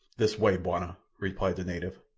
this way, bwana, replied the native.